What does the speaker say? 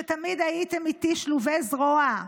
שתמיד הייתם איתי שלובי זרוע,